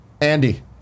Andy